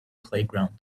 playground